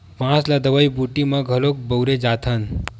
बांस ल दवई बूटी म घलोक बउरे जाथन